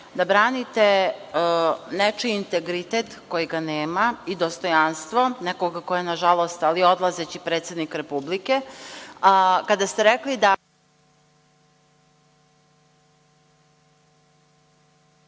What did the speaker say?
da branite nečiji integritet, kojeg nema, i dostojanstvo nekoga ko je nažalost, ali odlazeći predsednik Republike, kada ste rekli da...